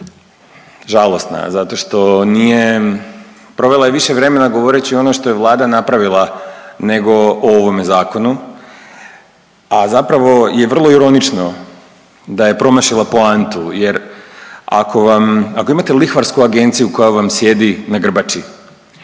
žalosna zato što nije provela je više vremena govoreći ono što je Vlada napravila nego o ovome zakonu, a zapravo je vrlo ironično da je promašila poantu jer ako vam ako imate lihvarsku agenciju koja vam sjedi na grbači,